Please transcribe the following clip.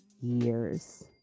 years